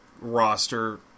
roster